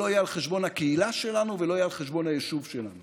יש לכם זכות מלאה להגיד שאתם לא מסכימים.